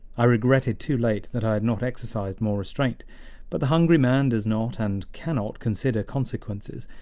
i regretted too late that i had not exercised more restraint but the hungry man does not and cannot consider consequences,